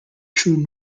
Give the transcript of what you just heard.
true